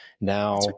now